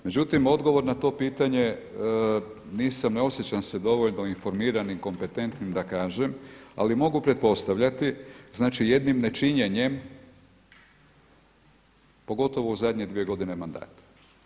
Međutim odgovor na to pitanje ne osjećam se dovoljno informiranim, kompetentnim da kažem, ali mogu pretpostavljati, znači jednim nečinjenjem pogotovo u zadnje dvije godine mandata.